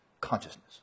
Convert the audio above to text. consciousness